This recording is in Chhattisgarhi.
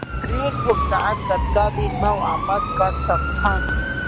ऋण भुगतान कतका दिन म वापस कर सकथन?